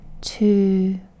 two